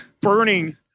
burning